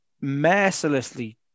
mercilessly